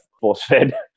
force-fed